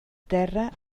terra